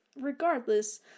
Regardless